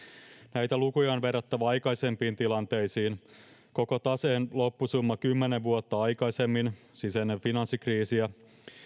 näitä lukuja on verrattava aikaisempiin tilanteisiin koko taseen loppusumma kymmenen vuotta aikaisemmin siis ennen finanssikriisiä